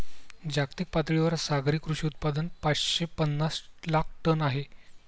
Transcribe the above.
जागतिक पातळीवर सागरी कृषी उत्पादन पाचशे पनास लाख टन आहे